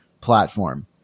platform